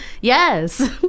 Yes